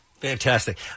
Fantastic